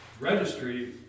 registry